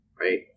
right